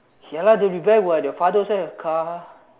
ya lah they'll be back what your father also have car